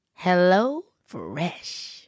HelloFresh